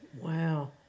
Wow